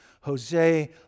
Jose